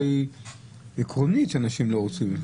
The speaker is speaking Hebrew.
היא שעקרונית אנשים לא רוצים להתחסן?